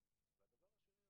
והדבר השני,